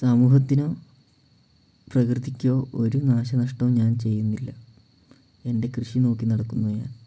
സമൂഹത്തിനോ പ്രകൃതിക്കോ ഒരു നാശനഷ്ടവും ഞാൻ ചെയ്യുന്നില്ല എൻ്റെ കൃഷി നോക്കി നടക്കുന്നു ഞാൻ